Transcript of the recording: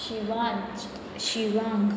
Shivansh Shivank